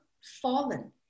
fallen